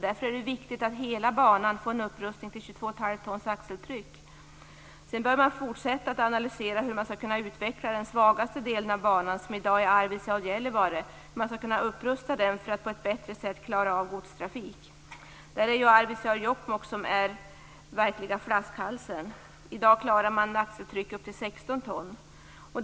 Därför är det viktigt att hela banan får en upprustning till 22 1⁄2 Sedan bör man fortsätta att analysera hur man skall kunna utveckla den svagaste delen av banan, som i dag är Arvidsjaur-Gällivare, och hur man skall kunna rusta upp den för att på ett bättre sätt klara av godstrafik. Sträckan Arvidsjaur-Jokkmokk är därvidlag den verkliga flaskhalsen. I dag klarar man axeltryck upp till 16 ton.